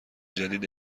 جدید